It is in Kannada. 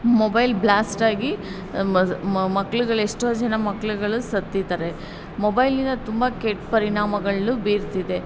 ಮೊಬೈಲ್ ಬ್ಲ್ಯಾಸ್ಟ್ ಆಗಿ ಮಕ್ಳುಗಳು ಎಷ್ಟೋ ಜನ ಮಕ್ಳುಗಳು ಸತ್ತಿದ್ದಾರೆ ಮೊಬೈಲಿಂದ ತುಂಬ ಕೆಟ್ಟ ಪರಿಣಾಮಗಳನ್ನೂ ಬೀರ್ತಿದೆ